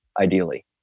ideally